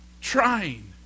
trying